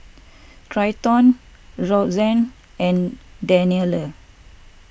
Treyton Roxane and Daniela